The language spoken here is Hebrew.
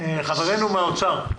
חברנו מהאוצר,